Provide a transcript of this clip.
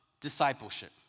discipleship